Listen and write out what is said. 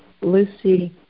Lucy